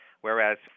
whereas